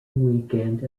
weekend